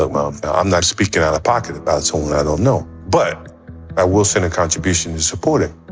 but well, i'm not speaking out of pocket, that's all. and i don't know. but i will send a contribution to support it,